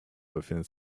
befindet